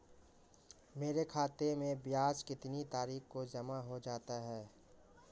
मेरे खाते में ब्याज कितनी तारीख को जमा हो जाता है?